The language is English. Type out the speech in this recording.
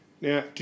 Now